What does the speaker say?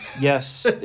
Yes